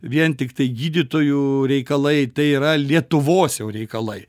vien tiktai gydytojų reikalai tai yra lietuvos jau reikalai